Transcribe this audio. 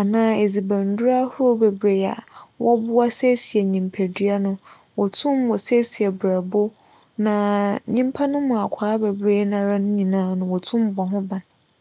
anaa edzibandurahorow bebiree a wͻboa siesie nyimpadua no. wotum wosiesie brɛbo na nyimpa no mu akwaa bebiree nara no nyinaa wotum bͻ ho ban.